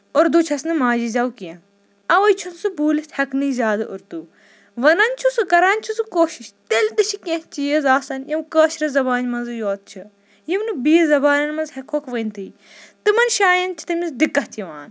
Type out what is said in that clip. اردوٗ چھَس نہٕ ماجہِ زیو کیٚنٛہہ اَوے چھُنہٕ سُہ بوٗلِتھ ہٮ۪کنٕے زیادٕ اردوٗ وَنان چھُ سُہ کران چھُ سُہ کوٗشِش تٚیلہِ تہِ چھِ کیٚنہہ چیٖز آسان یِم کٲشرِ زَبانہِ منٛزٕے یوت چھِ یِم نہٕ بیٚیہِ زَبانن منٛز ہٮ۪کہٕ ووکھ ؤنتھۍ تِمن جاین چھِ تٔمِس دِکت یِوان